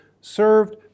served